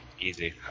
Easy